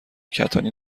کتانی